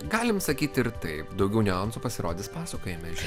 galim sakyti ir taip daugiau niuansų pasirodys pasakojime